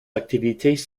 activités